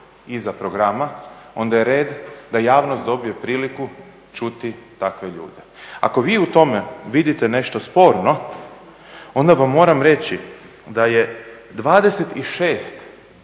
iza programa, onda je red da javnost dobije priliku čuti takve ljudi. Ako vi u tome vidite nešto sporno, onda vam moram reći da je 26 šefova